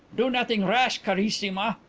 do nothing rash, carissima,